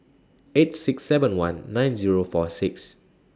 eight six seven one nine Zero four six